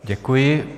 Děkuji.